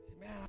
Man